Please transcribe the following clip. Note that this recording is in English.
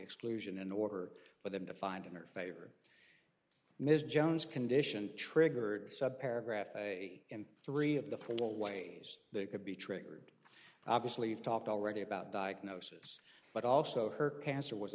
exclusion in order for them to find in her favor ms jones condition triggered subparagraph in three of the full ways that it could be triggered obviously you've talked already about diagnosis but also her cancer was